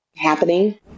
happening